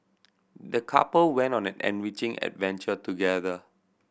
the couple went on an enriching adventure together